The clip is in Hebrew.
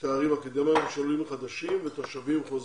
תארים אקדמיים של עולים חדשים ותושבים חוזרים.